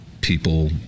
people